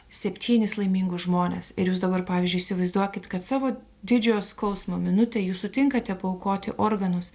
septynis laimingus žmones ir jūs dabar pavyzdžiui įsivaizduokit kad savo didžiojo skausmo minutę jūs sutinkate paaukoti organus